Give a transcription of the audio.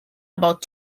about